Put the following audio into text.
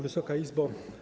Wysoka Izbo!